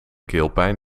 keelpijn